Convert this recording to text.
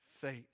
faith